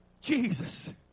Jesus